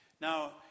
now